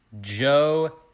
Joe